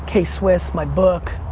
k-swiss, my book,